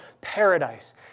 paradise